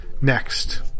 next